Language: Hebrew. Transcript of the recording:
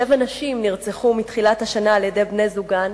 שבע נשים נרצחו מתחילת השנה על-ידי בני-זוגן,